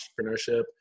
entrepreneurship